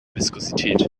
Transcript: viskosität